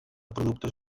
productes